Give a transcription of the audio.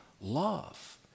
love